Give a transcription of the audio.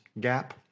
gap